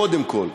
קודם כול,